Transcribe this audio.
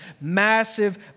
massive